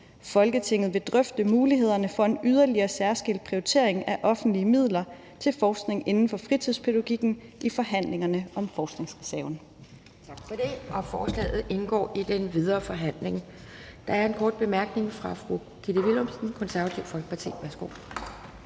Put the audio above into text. Folketinget vil drøfte mulighederne for en yderligere særskilt prioritering af offentlige midler til forskning inden for fritidspædagogikken i forhandlingerne om forskningsreserven.«